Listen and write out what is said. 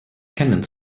kennen